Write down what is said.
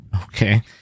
Okay